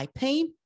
IP